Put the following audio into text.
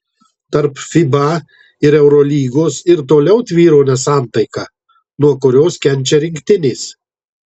tarp fiba ir eurolygos ir toliau tvyro nesantaika nuo kurios kenčia rinktinės